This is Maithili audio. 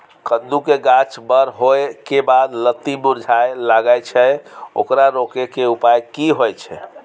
कद्दू के गाछ बर होय के बाद लत्ती मुरझाय लागे छै ओकरा रोके के उपाय कि होय है?